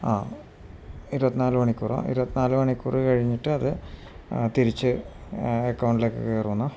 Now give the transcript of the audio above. ആ ഇരുപത്തിനാല് മണിക്കൂറോ ഇരുപത്തിനാല് മണിക്കൂര് കഴിഞ്ഞിട്ടേ അതു തിരിച്ച് അക്കൗണ്ടിലേക്കു കയറൂ എന്നാണോ